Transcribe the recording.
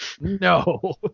No